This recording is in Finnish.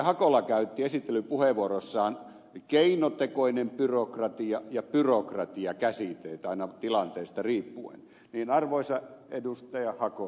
hakola käytti esittelypuheenvuorossaan käsitteitä keinotekoinen byrokratia ja byrokratia aina tilanteesta riippuen niin arvoisa ed